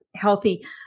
healthy